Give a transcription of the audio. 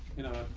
you know,